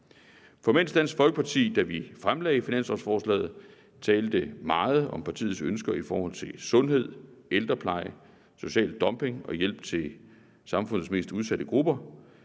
For mens Dansk Folkeparti, da vi fremsatte finanslovsforslaget, talte meget om partiets ønsker i forhold til sundhed, ældrepleje, social dumping og hjælp til samfundets mest udsatte grupper,